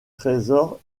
trésor